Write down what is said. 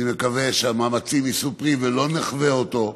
אני מקווה שהמאמצים יישאו פרי ולא נחווה אותו.